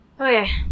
Okay